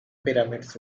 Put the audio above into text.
pyramids